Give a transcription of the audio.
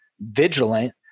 vigilant